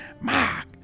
Mark